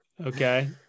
Okay